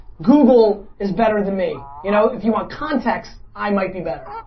google is better than me. you know if you want context i might be better.